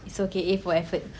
it's okay A for effort